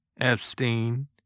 Epstein